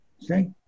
See